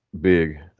big